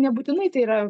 nebūtinai tai yra